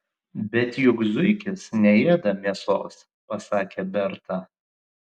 bet juk zuikis neėda mėsos pasakė berta